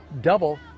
double